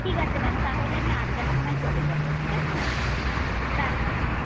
ঠিক আছে ম্যাম তাহলে আমি আটটার সময় চলে যাবো ঠিক আছে ম্যাম রাখছি ম্যাম